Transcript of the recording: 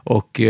Och